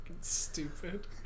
stupid